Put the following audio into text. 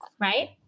right